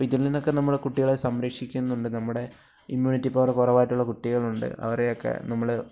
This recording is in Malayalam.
ഇതില്നിന്നൊക്കെ നമ്മൾ കുട്ടികളെ സംരക്ഷിക്കുന്നുണ്ട് നമ്മുടെ ഇമ്മ്യൂണിറ്റി പവറ് കുറവായിട്ടുള്ള കുട്ടികളുണ്ട് അവരെയൊക്കെ നമ്മൾ